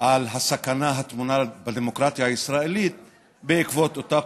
על הסכנה הטמונה לדמוקרטיה הישראלית באותה פרשה,